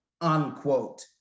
unquote